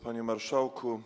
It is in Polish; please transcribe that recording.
Panie Marszałku!